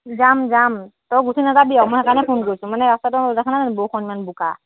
যাম যাম তই গুচি নাযাবি আকৌ মই সেইকাৰণে ফোন কৰিছোঁ মানে ৰাস্তাটো দেখা নাই জানো বৰষুণ ইমান বোকা